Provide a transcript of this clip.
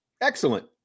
Excellent